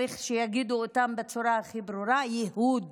צריך שיגידו בצורה הכי ברורה: ייהוד